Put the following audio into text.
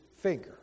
finger